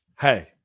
Hey